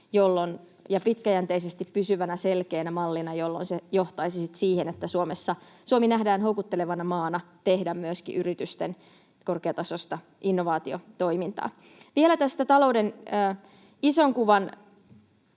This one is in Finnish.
ja pitkäjänteisesti pysyvänä selkeänä mallina, jolloin se johtaisi sitten siihen, että myöskin yritykset näkevät Suomen houkuttelevana maana tehdä korkeatasoista innovaatiotoimintaa. Vielä tästä talouden ison kuvan